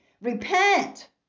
repent